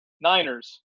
Niners